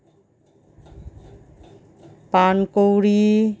পানকৌড়ি